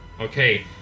okay